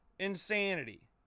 insanity